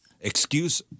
Excuse